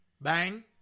Bang